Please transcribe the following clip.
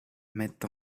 mettent